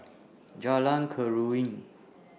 Jalan Keruing